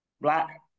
black